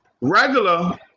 Regular